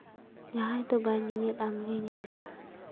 ᱡᱟᱦᱟᱸᱭ ᱫᱚ ᱵᱟᱭ ᱧᱮᱧᱮᱞ ᱟᱢᱜᱮ ᱧᱮᱞ ᱢᱮ